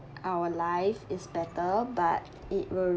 our life is better but it will